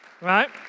Right